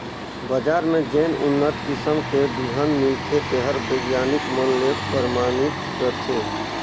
बजार में जेन उन्नत किसम के बिहन मिलथे तेहर बिग्यानिक मन ले परमानित रथे